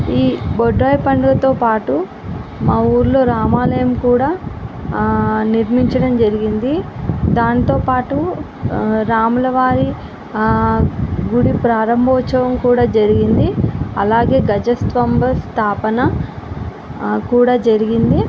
ఈ బొడ్రాయి పండగతో పాటు మా ఊరిలో రామాలయం కూడా నిర్మించడం జరిగింది దానితోపాటు రాములవారి గుడి ప్రారంభోత్సవం కూడా జరిగింది అలాగే ధ్వజస్తంభ స్థాపన కూడా జరిగింది